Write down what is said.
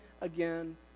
again